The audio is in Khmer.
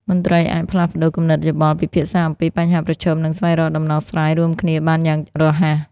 មន្ត្រីអាចផ្លាស់ប្តូរគំនិតយោបល់ ពិភាក្សាអំពីបញ្ហាប្រឈម និងស្វែងរកដំណោះស្រាយរួមគ្នាបានយ៉ាងរហ័ស។